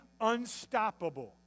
unstoppable